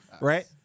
right